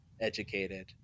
educated